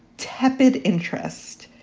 tepid interest.